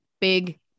Big